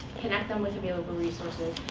connect them with available resources,